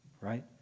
right